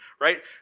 right